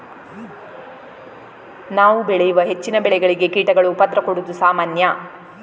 ನಾವು ಬೆಳೆಯುವ ಹೆಚ್ಚಿನ ಬೆಳೆಗಳಿಗೆ ಕೀಟಗಳು ಉಪದ್ರ ಕೊಡುದು ಸಾಮಾನ್ಯ